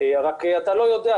רק שאתה לא יודע,